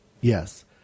Yes